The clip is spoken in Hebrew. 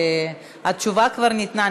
התשובה כבר ניתנה,